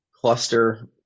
cluster